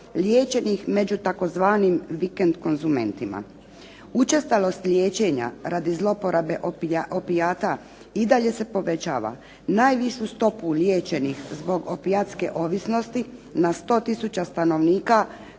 liječenih među tzv. vikend konzumentima. Učestalost liječenja radi zloporabe opijata i dalje se povećava. Najvišu stopu liječenih zbog opijatske ovisnosti na 100 tisuća stanovnika